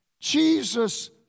Jesus